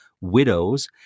Widows